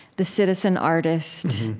the citizen artist.